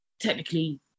technically